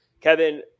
Kevin